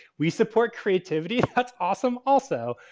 we support creativity that's awesome also!